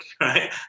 right